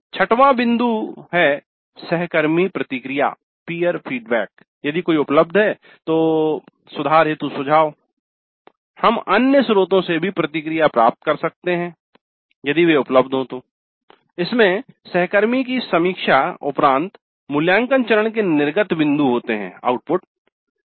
छटवा बिंदु है सहकर्मी प्रतिक्रिया यदि कोई उपलब्ध है तो सुधार हेतु सुझाव हम अन्य स्रोतों से भी प्रतिक्रिया प्राप्त कर सकते हैं यदि वे उपलब्ध हो तो इसमें सहकर्मी की समीक्षा उपरांत मूल्यांकन चरण के निर्गत आउटपुट बिंदु होते हैं